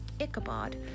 Ichabod